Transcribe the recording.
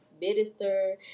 minister